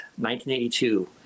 1982